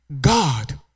god